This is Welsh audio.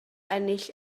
ennill